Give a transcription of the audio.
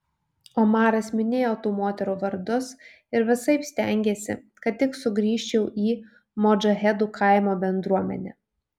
omaras minėjo tų moterų vardus ir visaip stengėsi kad tik sugrįžčiau į modžahedų kaimo bendruomenę